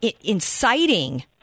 inciting